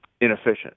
inefficient